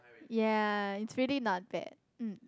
ya it's really not bad mmm